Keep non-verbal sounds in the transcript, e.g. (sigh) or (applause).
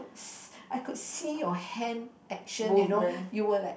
(noise) I could see your hand action you know you're like